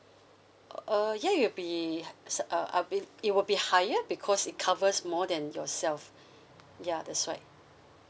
err ya it'll be s~ uh I mean it will be higher because it covers more than yourself ya that's why